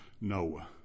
Noah